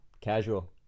casual